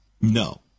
No